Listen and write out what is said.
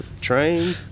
train